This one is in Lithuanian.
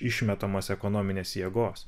išmetamas ekonominės jėgos